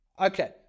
okay